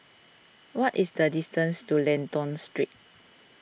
what is the distance to Lentor Street